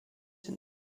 den